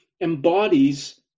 embodies